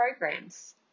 programs